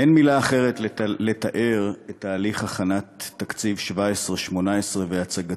אין מילה אחרת לתאר את תהליך הכנת תקציב 2017 2018 והצגתו